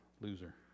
loser